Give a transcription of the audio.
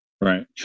Right